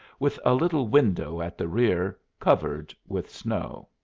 with a little window at the rear, covered with snow.